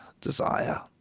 desire